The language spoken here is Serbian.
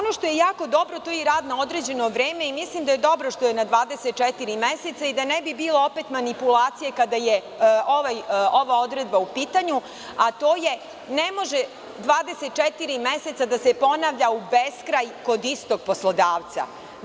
Ono što je jako dobro to je i rad na određeno vreme i mislim da je dobro što je na 24 meseca i ne bi bio opet manipulacija kada je ova odredba u pitanju, a to je ne može 24 meseca da se ponavlja u beskraj kod istog poslodavca.